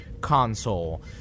console